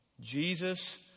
Jesus